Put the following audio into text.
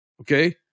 Okay